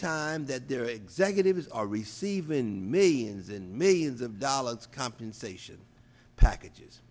time that their executives are receiving millions and millions of dollars compensation packages